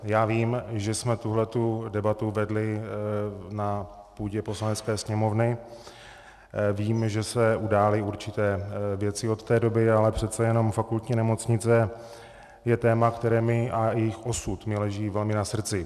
Já vím, že jsme tuhle debatu vedli na půdě Poslanecké sněmovny, vím, že se udály určité věci od té doby, ale přece jenom Fakultní nemocnice je téma, které mi, a její osud mi leží velmi na srdci.